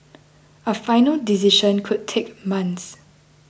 a final decision could take months